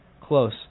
close